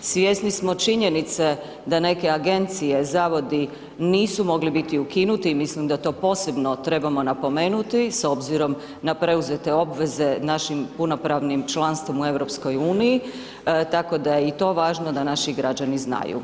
Svjesni smo činjenice da neke agencije, zavodi nisu mogli biti ukinuti, mislim da to posebno trebamo napomenuti s obzirom na preuzete obveze našim punopravnim članstvom u EU, tako da je i to važno, da naši građani znaju.